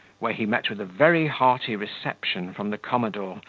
where he met with a very hearty reception from the commodore,